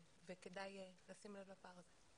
וכדאי לשים לב לפער הזה.